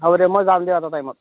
হ'ব দিয়ক মই যাম দিয়ক এটা টাইমত